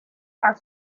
are